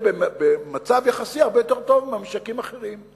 במצב יחסי הרבה יותר טוב מהמשקים האחרים.